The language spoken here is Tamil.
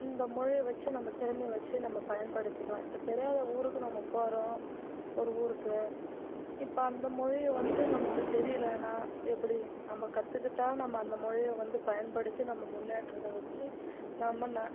இந்த மொழியை வச்சு நம்ப திறமையை வச்சு நம்ப பயன்படுத்திக்கலாம் இப்போ தெரியாத ஊருக்கு நம்ம போகறோம் ஒரு ஊருக்கு இப்போ அந்த மொழியை வந்து நமக்கு தெரியலனா எப்படி நம்ப கற்றுக்கிட்டா நம்ப அந்த மொழியை வந்து பயன்படுத்தி நம்ப முன்னேற்றத்தை வச்சு நம்ப நான்